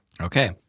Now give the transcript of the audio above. Okay